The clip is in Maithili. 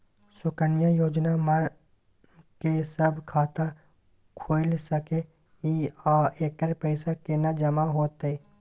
सुकन्या योजना म के सब खाता खोइल सके इ आ एकर पैसा केना जमा होतै?